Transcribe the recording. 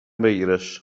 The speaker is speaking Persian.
بگیرش